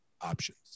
options